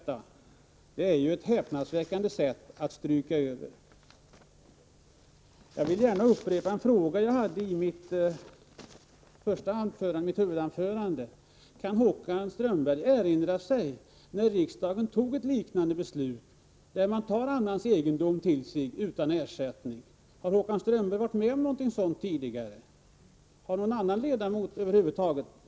Håkan Strömberg stryker över på ett häpnadsväckande sätt. Jag vill gärna upprepa en fråga som jag ställde i mitt huvudanförande: Kan Håkan Strömberg erinra sig när riksdagen fattade ett liknande beslut, när man tog annans egendom till sig utan ersättning? Har Håkan Strömberg — eller någon annan ledamot — varit med om något sådant tidigare?